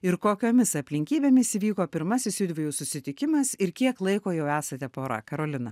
ir kokiomis aplinkybėmis įvyko pirmasis jųdviejų susitikimas ir kiek laiko jau esate pora karolina